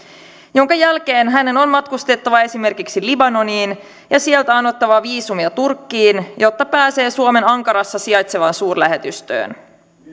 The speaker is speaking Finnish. jonka jälkeen hänen on matkustettava esimerkiksi libanoniin ja sieltä anottava viisumia turkkiin jotta pääsee suomen ankarassa sijaitsevaan suurlähetystöön